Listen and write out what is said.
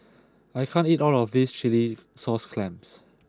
I can't eat all of this Chilli Sauce Clams